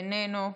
איננו,